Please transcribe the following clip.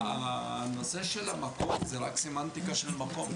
הנושא של המקום זה רק סמנטיקה של מקום,